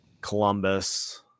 Columbus